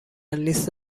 لیست